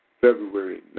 February